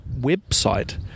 website